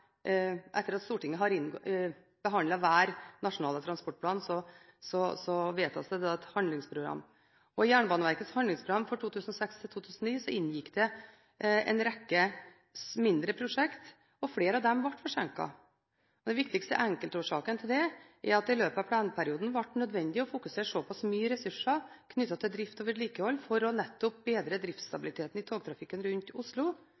transportplan. I Jernbaneverkets handlingsprogram for 2006–2009 inngikk det en rekke mindre prosjekter, og flere av dem ble forsinket. Den viktigste enkeltårsaken til det er at det i løpet av planperioden ble nødvendig å foreta omprioriteringer av ressurser knyttet til drift og vedlikehold for nettopp å bedre driftsstabiliteten i togtrafikken rundt Oslo.